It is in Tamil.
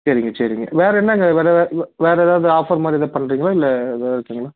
சரிங்க சரிங்க வேறு என்னாங்க வேறு வே வேறு ஏதாவது ஆஃபர் மாதிரி ஏதாவது பண்ணுறீங்களா இல்லை எதாது இருக்குதுங்களா